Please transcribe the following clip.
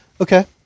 Okay